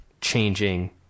changing